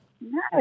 No